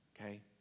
Okay